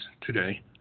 today